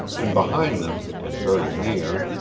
and behind them, and very near,